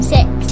Six